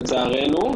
לצערנו,